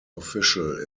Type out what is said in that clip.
official